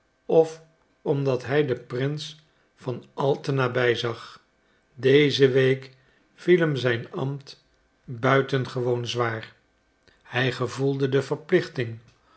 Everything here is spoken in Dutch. of omdat hij den prins van al te nabij zag deze week viel hem zijn ambt buitengewoon zwaar hij gevoelde de verplichting